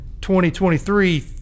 2023